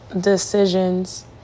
decisions